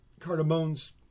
Cardamone's